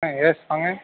ஆ yes வாங்க